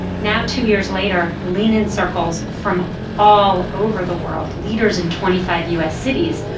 now two years later, lean in circles from all over the world, leaders in twenty five u s. cities,